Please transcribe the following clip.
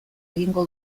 egingo